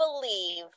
believe